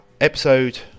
episode